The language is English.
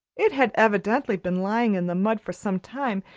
it had evidently been lying in the mud for some time,